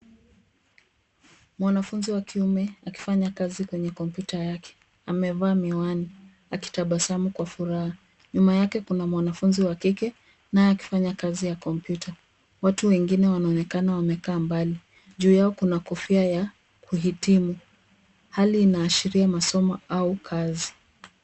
Mwanafunzi wa kiume akifanya kazi kwenye kompyuta yake. Amevaa miwani akitabasamu kwa furaha. Nyuma yake kuna mwanafunzi wa kike naye akifanya kazi ya kompyuta. Watu wengine wanaonekana wamekaa mbali. Juu yao kuna kofia ya kuhitimu. Hali inaashiria masomo au kazi.